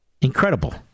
Incredible